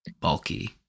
bulky